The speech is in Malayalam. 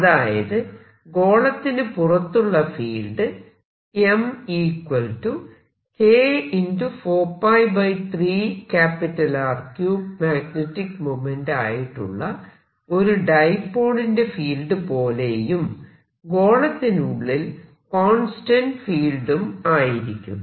അതായത് ഗോളത്തിനു പുറത്തുള്ള field m K magnetic moment ആയിട്ടുള്ള ഒരു ഡൈപോളിന്റെ ഫീൽഡ് പോലെയും ഗോളത്തിനുള്ളിൽ കോൺസ്റ്റന്റ് ഫീൽഡും ആയിരിക്കും